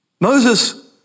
Moses